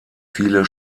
viele